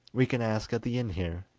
we can ask at the inn here,